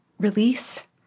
Release